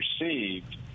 received